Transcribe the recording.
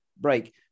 break